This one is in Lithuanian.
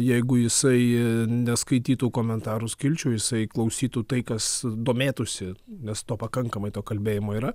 jeigu jisai neskaitytų komentarų skilčių jisai klausytų tai kas domėtųsi nes to pakankamai to kalbėjimo yra